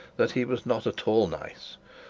that he was not at all nice,